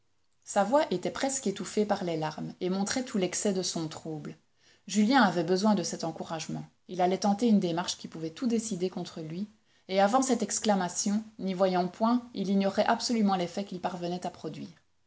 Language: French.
sa voix était presque étouffée par les larmes et montrait tout l'excès de son trouble julien avait besoin de cet encouragement il allait tenter une démarche qui pouvait tout décider contre lui et avant cette exclamation n'y voyant point il ignorait absolument l'effet qu'il parvenait à produire